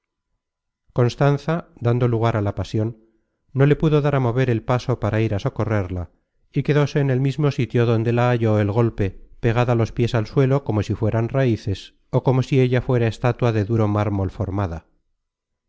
constanza dando lugar a la pasion no le pudo dar á mover el paso para ir á socorrerla y quedóse en el mismo sitio donde la halló el golpe pegada los piés al suelo como si fueran raíces ó como si ella fuera estatua de duro mármol formada